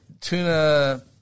Tuna